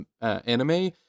anime